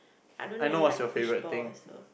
I don't really like fishballs also